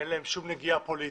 אין להם שום נגיעה פוליטית,